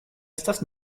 estas